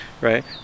right